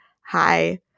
hi